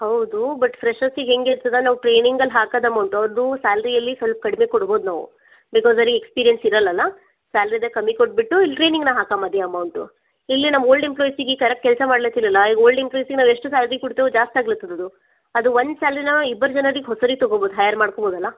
ಹೌದು ಬಟ್ ಫ್ರೆಶರ್ಸಿಗೆ ಹೇಗಿರ್ತದ ನಾವು ಟ್ರೈನಿಂಗಲ್ಲಿ ಹಾಕಿದ ಅಮೌಂಟು ಅವರದು ಸ್ಯಾಲರಿಯಲ್ಲಿ ಸ್ವಲ್ಪ ಕಡಿಮಿ ಕೊಡ್ಬೋದು ನಾವು ಬಿಕಾಸ್ ಅವ್ರಿಗ್ ಎಕ್ಸ್ಪೀರಿಯನ್ಸ್ ಇರಲ್ಲ ಅಲ್ಲ ಸ್ಯಾಲರಿದೆ ಕಮ್ಮಿ ಕೊಟ್ಟುಟ್ಟು ಇಲ್ಲಿ ಟ್ರೈನಿಂಗ್ನ ಹಾಕಾಂ ಅದೇ ಅಮೌಂಟು ಇಲ್ಲಿ ನಮ್ಮ ಒಲ್ಡ್ ಎಂಪ್ಲಾಯ್ಸ್ಗೆ ಈ ಕರೆಕ್ಟ್ ಕೆಲಸ ಮಾಡಕ್ಕಿಲಲ್ಲ ಈಗ ಒಲ್ಡ್ ಎಂಪ್ಲಾಯೀಸ್ಗೆ ನಾವು ಎಷ್ಟು ಸ್ಯಾಲರಿ ಕೊಡ್ತೇವೋ ಜಾಸ್ತಿ ಆಗಲತ್ತದ್ ಅದು ಅದು ಒಂದು ಸ್ಯಾಲರಿನ ಇಬ್ಬರು ಜನರಿಗೆ ಹೊಸರಿಗೆ ತೊಗೋಬೋದು ಹಯರ್ ಮಾಡ್ಕೋಬೋದಲ್ಲ